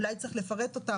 אולי צריך לפרט אותה,